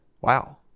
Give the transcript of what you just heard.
Wow